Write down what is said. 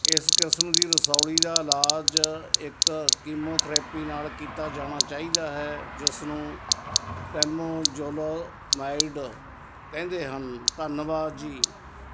ਇਸ ਕਿਸਮ ਦੀ ਰਸੌਲੀ ਦਾ ਇਲਾਜ ਇੱਕ ਕੀਮੋਥੈਰੇਪੀ ਨਾਲ ਕੀਤਾ ਜਾਣਾ ਚਾਹੀਦਾ ਹੈ ਜਿਸਨੂੰ ਟੈਮੋਜ਼ੋਲੋਮਾਈਡ ਕਹਿੰਦੇ ਹਨ ਧੰਨਵਾਦ ਜੀ